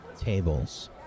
tables